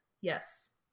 yes